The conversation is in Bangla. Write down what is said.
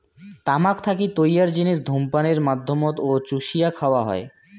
তামাক থাকি তৈয়ার জিনিস ধূমপানের মাধ্যমত ও চুষিয়া খাওয়া হয়